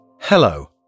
Hello